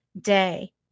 day